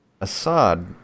Assad